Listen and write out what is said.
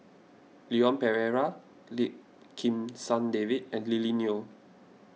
Leon Perera Lim Kim San David and Lily Neo